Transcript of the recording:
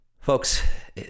Folks